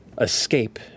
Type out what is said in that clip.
escape